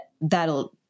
that'll